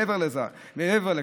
מעבר לכך,